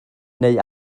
neu